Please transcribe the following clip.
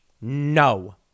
no